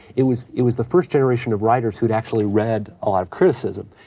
it was it was the first generation of writers who'd actually read a lot of criticism